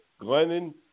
Glennon